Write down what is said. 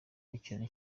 ikintu